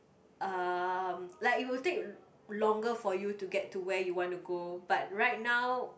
um like it will take longer for you to get to where you want to go but right now